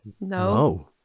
No